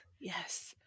yes